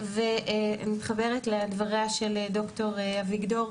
ואני מתחברת לדבריה של ד"ר אביגדור,